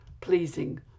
pleasing